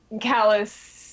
callous